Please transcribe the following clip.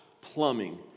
plumbing